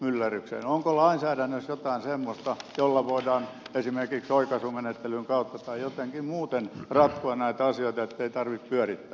onko lainsäädännössä jotain semmoista jolla voidaan esimerkiksi oikaisumenettelyn kautta tai jotenkin muuten ratkoa näitä asioita ettei tarvitse pyörittää